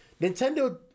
Nintendo